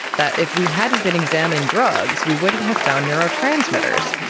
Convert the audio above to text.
that if we hadn't been examining drugs, we wouldn't have found neurotransmitters.